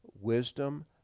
wisdom